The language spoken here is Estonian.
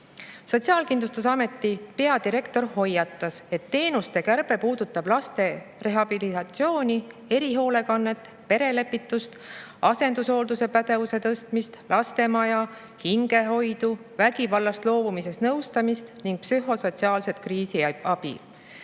riigiametnik. Sotsiaalkindlustusameti peadirektor hoiatas, et teenuste kärbe puudutab laste rehabilitatsiooni, erihoolekannet, perelepitust, asendushoolduse pädevuse tõstmist, lastemaja, hingehoidu, vägivallast loobumise nõustamist ning psühhosotsiaalset kriisiabi.